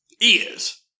ears